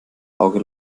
auge